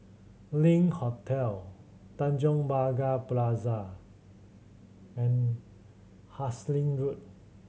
Link Hotel Tanjong Pagar Plaza Hasting Road